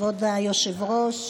כבוד היושב-ראש,